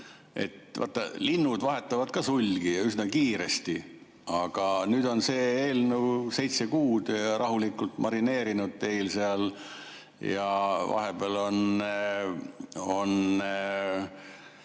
ettekandja! Linnud vahetavad ka sulgi, ja üsna kiiresti, aga nüüd on see eelnõu seitse kuud rahulikult marineerinud teil seal ja vahepeal on